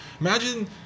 Imagine